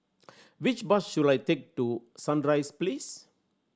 which bus should I take to Sunrise Place